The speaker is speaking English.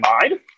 mind